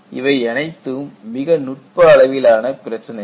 இவை அனைத்தும் மிகவும் நுட்பமான அளவிலான பிரச்சினைகள்